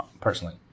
personally